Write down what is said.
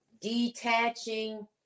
detaching